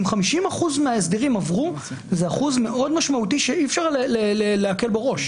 אם 50% מההסדרים עברו זה אחוז מאוד משמעותי שאי אפשר להקל בו ראש.